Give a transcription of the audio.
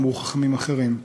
אמרו חכמים אחרים.